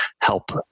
help